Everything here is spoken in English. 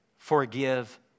Forgive